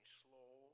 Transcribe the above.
slow